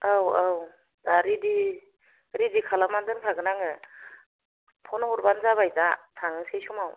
औ औ दा रेदि रेदि खालामनानै दोनखागोन आङो फन हरबानो जाबाय दा थांनोसै समाव